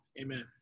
Amen